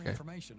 okay